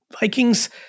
Vikings